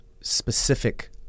specific